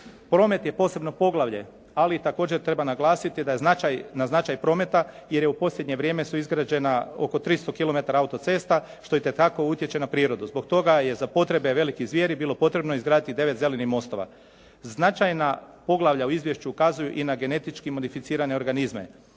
Promet je posebno poglavlje, ali i također treba naglasiti da je na značaj prometa jer u posljednje vrijeme su izgrađena oko 300 kilometara autocesta, što itekako utječe na prirodu. Zbog toga je za potrebe velikih zvijeri bilo potrebno izgraditi 9 zelenih mostova. Značajna poglavlja u izvješću ukazuju i na genetički modificirane organizme.